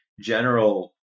general